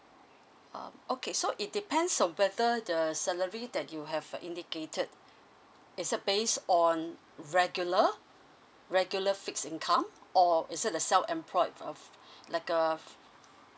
uh okay so it depends on whether the salary that you have uh indicated is it based on regular regular fixed income or is it the self employed of like uh